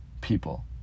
people